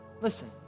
Listen